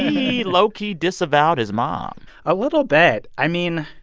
he low-key disavowed his mom a little bit i mean,